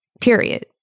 period